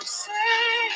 say